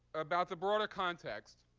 about the broader context